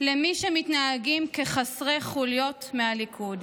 למי שמתנהגים כחסרי החוליות מהליכוד.